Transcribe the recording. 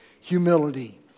humility